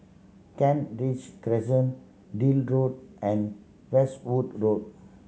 Kent Ridge Crescent Deal Road and Westwood Road